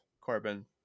Corbin